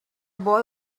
boy